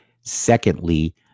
Secondly